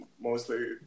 mostly